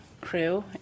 crew